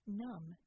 numb